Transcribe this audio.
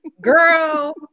Girl